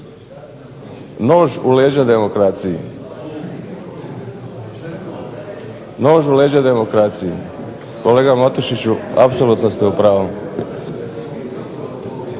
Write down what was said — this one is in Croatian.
lokalnoj samoupravi. Nož u leđa demokraciji! Kolega Matušiću apsolutno ste u pravu.